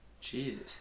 Jesus